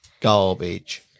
garbage